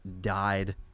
died